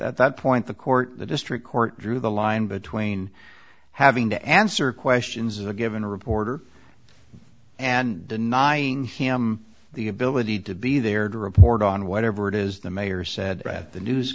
at that point the court the district court drew the line between having to answer questions a given a reporter and denying him the ability to be there to report on whatever it is the mayor said at the news